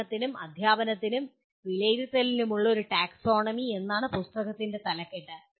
പഠനത്തിനും അദ്ധ്യാപനത്തിനും വിലയിരുത്തലിനുമുള്ള ഒരു ടാക്സോണമി എന്നാണ് പുസ്തകത്തിന്റെ തലക്കെട്ട്